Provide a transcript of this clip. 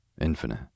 Infinite